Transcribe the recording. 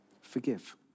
Forgive